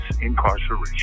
incarceration